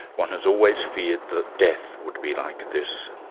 one has always feared that death would be like this,